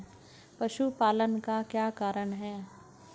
पशुपालन का क्या कारण है?